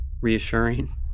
reassuring